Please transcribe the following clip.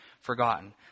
forgotten